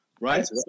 Right